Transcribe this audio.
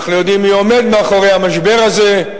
אנחנו יודעים מי עומד מאחורי המשבר הזה,